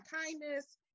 kindness